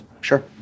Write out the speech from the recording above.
Sure